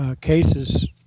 Cases